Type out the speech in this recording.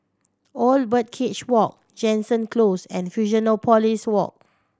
Old Birdcage Walk Jansen Close and Fusionopolis Walk